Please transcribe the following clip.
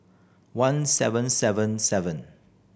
one seven seven seven